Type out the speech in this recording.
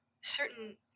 certain